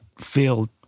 feel